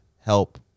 help